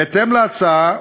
בהתאם להצעה,